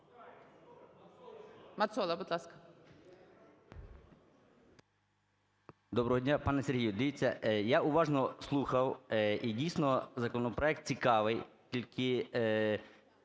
Доброго дня! Пане Сергію, дивіться, я уважно слухав, і, дійсно, законопроект цікавий. Тільки